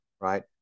right